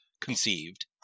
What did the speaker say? conceived